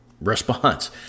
response